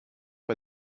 bei